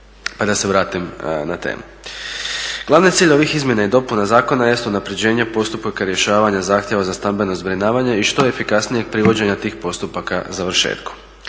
pa da se vratim na temu. Glavni cilj ovih Izmjenama i dopuna zakona jest unaprjeđenje postupaka rješavanja zahtjeva za stambeno zbrinjavanje i što efikasnijeg privođenja tih postupaka završetku.